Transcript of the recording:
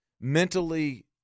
mentally